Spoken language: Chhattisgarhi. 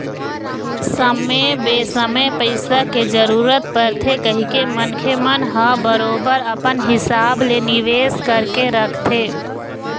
समे बेसमय पइसा के जरूरत परथे कहिके मनखे मन ह बरोबर अपन हिसाब ले निवेश करके रखथे